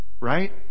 Right